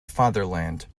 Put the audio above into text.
fatherland